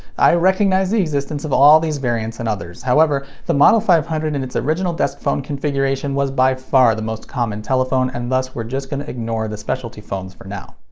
i recognize the existence of all these variants and others. however, the model five hundred in its original desk phone configuration was by far the most common telephone, and thus we're just gonna ignore the specialty phones for now.